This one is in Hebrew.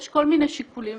יש כל מיני שיקולים.